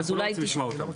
אנחנו לא רוצים לשמוע אותם.